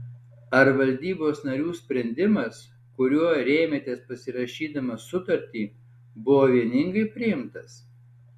ar valdybos narių sprendimas kuriuo rėmėtės pasirašydamas sutartį buvo vieningai priimtas